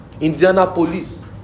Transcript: Indianapolis